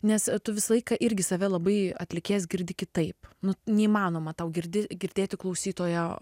nes tu visą laiką irgi save labai atlikėjas girdi kitaip nu neįmanoma tau girdi girdėti klausytojo